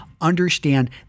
understand